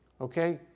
Okay